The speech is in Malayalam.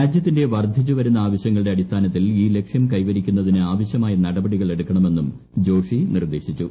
രാജ്യത്തിന്റെ വർധിച്ചുവരുന്ന ആവശ്യങ്ങളുടെ അടിസ്ഥാനത്തിൽ ഈ ലക്ഷ്യം കൈവരിക്കുന്നതിന് ആവശ്യമായ നടപടികൾ എടുക്കണമെന്നും ജോഷി നിർദ്ദേശിച്ചു